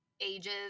ages